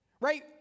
Right